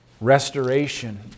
restoration